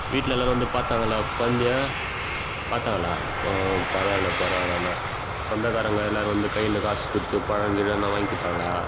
வீட்டில் எல்லாேரும் வந்து பார்த்தாங்களா கொழந்தய பார்த்தாங்களா பரவாயில்ல பரவாயில்லண்ணா சொந்தக்காரங்கள் எல்லாேரும் வந்து கையில் காசு கொடுத்து பழங்கிழோம் எதுனால் வாங்கி கொடுத்தாங்களா